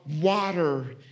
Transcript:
water